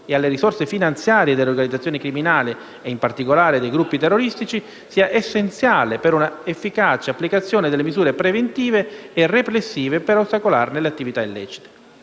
e alle risorse finanziarie delle organizzazioni criminali - e in particolare dei gruppi terroristici - sia essenziale per un'efficace applicazione delle misure preventive e repressive per ostacolarne le attività illecite.